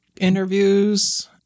interviews